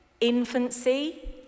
infancy